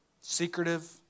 secretive